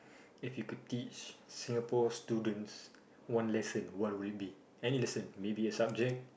if you could teach Singapore students one lesson what would it be any lesson maybe a subject